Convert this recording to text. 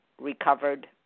recovered